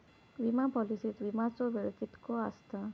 विमा पॉलिसीत विमाचो वेळ कीतको आसता?